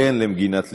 כן, למגינת לבכם.